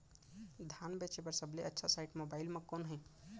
धान बेचे बर सबले अच्छा साइट मोबाइल म कोन हे?